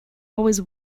always